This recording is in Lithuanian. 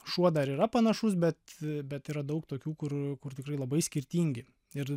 šuo dar yra panašus bet bet yra daug tokių kur kur tikrai labai skirtingi ir